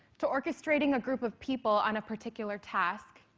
to orchestrating a group of people on a particular task,